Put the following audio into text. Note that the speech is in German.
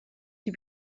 die